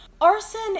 arson